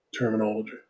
terminology